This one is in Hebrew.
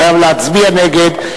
חייב להצביע נגד,